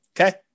Okay